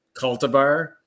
cultivar